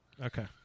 okay